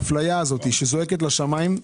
האפליה הזו שזועקת לשמים,